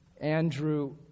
Andrew